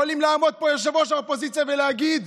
יכול לעמוד פה יושב-ראש האופוזיציה ולהגיד: